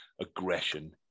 aggression